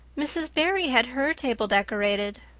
mrs. barry had her table decorated,